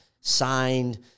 signed